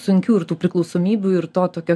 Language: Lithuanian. sunkių ir tų priklausomybių ir to tokio